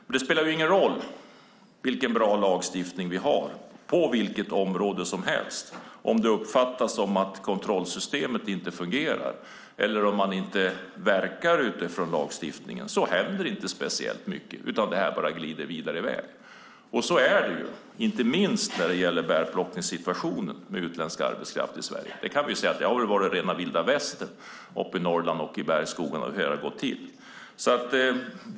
Men det spelar ingen roll hur bra lagstiftning vi har på vilket område som helst om det uppfattas som att kontrollsystemet inte fungerar eller det inte går att verka med utgångspunkt i lagstiftningen. Då händer inte speciellt mycket. Då glider det bara i väg. Så är det, inte minst när det gäller bärplockningssituationen med utländsk arbetskraft i Sverige. Där har det varit rena vilda västern i bärskogarna i Norrland.